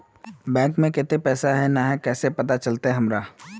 Bank में केते पैसा है ना है कुंसम पता चलते हमरा?